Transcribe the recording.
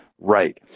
right